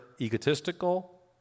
egotistical